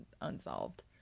unsolved